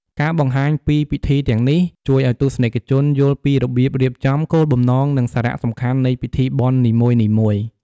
ការបង្ហាញពីពិធីទាំងនេះ ជួយឱ្យទស្សនិកជនយល់ពីរបៀបរៀបចំ គោលបំណង និងសារៈសំខាន់នៃពិធីបុណ្យនីមួយៗ ។